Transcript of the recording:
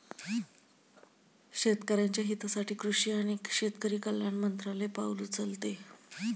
शेतकऱ्याच्या हितासाठी कृषी आणि शेतकरी कल्याण मंत्रालय पाउल उचलते